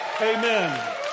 Amen